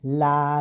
la